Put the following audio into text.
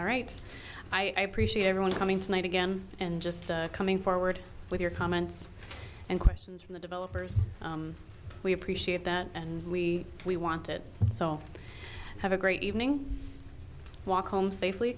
all right i appreciate everyone coming tonight again and just coming forward with your comments and questions from the developers we appreciate that and we we want it so have a great evening walk home safely